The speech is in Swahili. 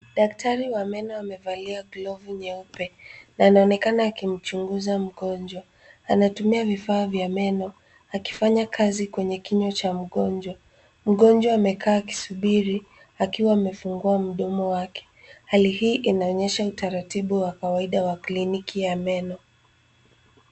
Daktari wa meno amevalia glavu nyeupe na anaonekana akimchunguza mgonjwa. Anatumia vifaa vya meno akifanya kazi kwenye kinywa cha mgonjwa. Mgonjwa amekaa akisubiri akiwa amefungua mdomo wake. Hali hii inaonyesha utaratibu wa kawaida wa kliniki ya meno.